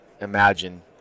imagine